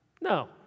no